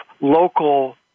local